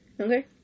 Okay